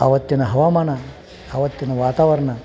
ಅವತ್ತಿನ ಹವಾಮಾನ ಅವತ್ತಿನ ವಾತಾವರಣ